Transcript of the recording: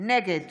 נגד